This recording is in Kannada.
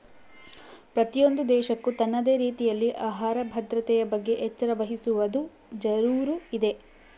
ಪ್ರತಿಯೊಂದು ದೇಶಕ್ಕೂ ತನ್ನದೇ ರೀತಿಯಲ್ಲಿ ಆಹಾರ ಭದ್ರತೆಯ ಬಗ್ಗೆ ಎಚ್ಚರ ವಹಿಸುವದು ಜರೂರು ಇದೆ